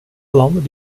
landen